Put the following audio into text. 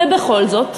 ובכל זאת,